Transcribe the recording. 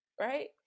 Right